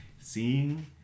seeing